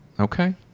Okay